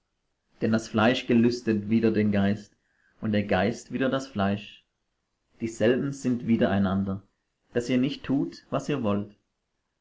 denn das fleisch gelüstet wider den geist und der geist wider das fleisch dieselben sind widereinander daß ihr nicht tut was ihr wollt